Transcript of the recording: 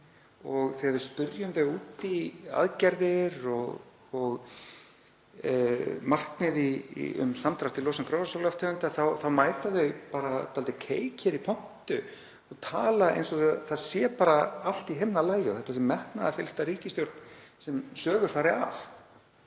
Þegar við spyrjum þau út í aðgerðir og markmið um samdrátt í losun gróðurhúsalofttegunda þá mæta þau bara dálítið keik hér í pontu og tala eins og það sé bara allt í himnalagi og þetta sé metnaðarfyllsta ríkisstjórn sem sögur fari af.